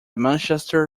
manchester